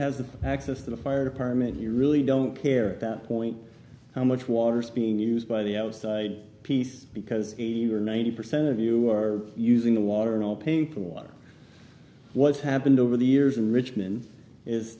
has access to the fire department you really don't care about point how much water is being used by the outside piece because eighty or ninety percent of you are using the water not paying for water what's happened over the years in richmond is